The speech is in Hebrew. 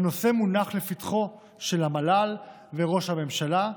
הנושא מונח לפתחו של המל"ל וראש הממשלה,